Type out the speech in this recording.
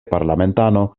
parlamentano